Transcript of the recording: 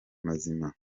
mazima